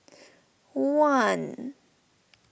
one